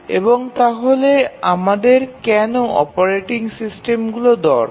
এবং তাহলে আমাদের কেন অপারেটিং সিস্টেমের দরকার